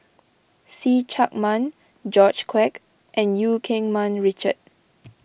See Chak Mun George Quek and Eu Keng Mun Richard